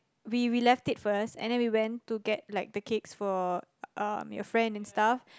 we we left it first and then we went to get like the cakes for um your friend and stuff